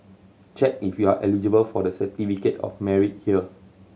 check if you are eligible for the Certificate of Merit here